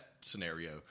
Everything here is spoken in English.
scenario